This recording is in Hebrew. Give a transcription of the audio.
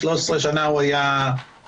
13 שנה הוא היה מתפקד,